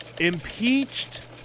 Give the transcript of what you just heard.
impeached